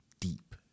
deep